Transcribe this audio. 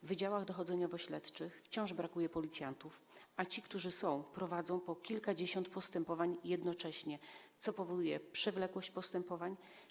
W wydziałach dochodzeniowo-śledczych wciąż brakuje policjantów, a ci, którzy są, prowadzą po kilkadziesiąt postępowań jednocześnie, co powoduje przewlekłość postępowań.